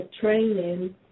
training